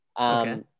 Okay